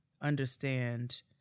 understand